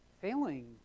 Failing